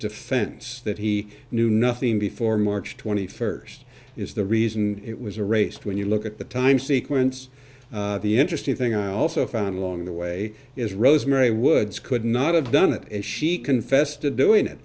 defense that he knew nothing before march twenty first is the reason it was a race when you look at the time sequence the interesting thing i also found along the way is rosemary woods could not have done it and she confessed to doing it